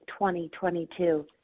2022